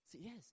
yes